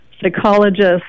psychologists